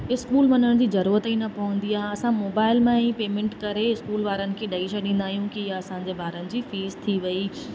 school वञण जी ज़रूरत ई न पवंदी आहे असां मोबाइल मां ई पेमेंट करे स्कूल वारनि खे ॾेई छॾींदा आहियूं कि ईअं असांजे ॿारनि जी फीस थी वई